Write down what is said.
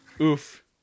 oof